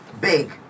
Big